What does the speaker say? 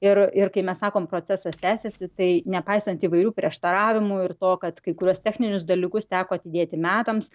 ir ir kai mes sakom procesas tęsiasi tai nepaisant įvairių prieštaravimų ir to kad kai kuriuos techninius dalykus teko atidėti metams